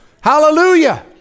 Hallelujah